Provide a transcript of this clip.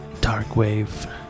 darkwave